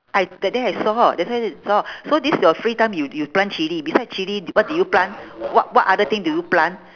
I that day I saw that day I saw so this is your free time you you plant chilli beside chilli d~ what did you plant what what other thing do you plant